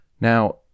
Now